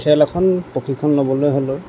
খেল এখন প্ৰশিক্ষণ ল'বলৈ হ'লে